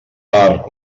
per